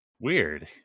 weird